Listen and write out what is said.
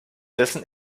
dessen